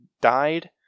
died